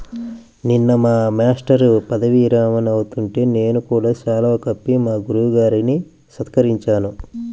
నిన్న మా మేష్టారు పదవీ విరమణ అవుతుంటే నేను కూడా శాలువా కప్పి మా గురువు గారిని సత్కరించాను